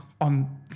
on